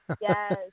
Yes